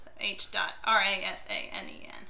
H-dot-R-A-S-A-N-E-N